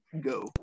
go